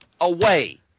away